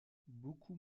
beaucoup